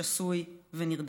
שסוי ונרדף".